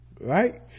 right